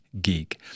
Geek